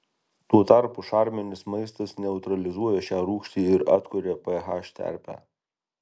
tuo tarpu šarminis maistas neutralizuoja šią rūgštį ir atkuria ph terpę